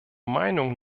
meinung